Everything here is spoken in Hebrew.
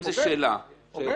אם זה שאלה, בבקשה.